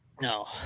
No